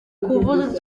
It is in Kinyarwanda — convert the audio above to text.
kuvuza